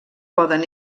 poden